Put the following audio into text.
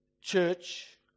church